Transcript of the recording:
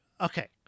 okay